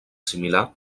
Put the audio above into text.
similar